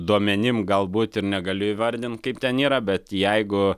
duomenim galbūt ir negaliu įvardint kaip ten yra bet jeigu